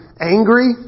angry